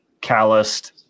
calloused